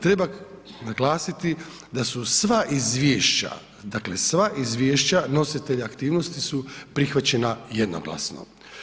Treba naglasiti da su sva izvješća, dakle sva izvješća nositelja aktivnosti su prihvaćena jednoglasno.